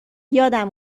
یادم